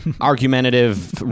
argumentative